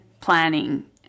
planning